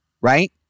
right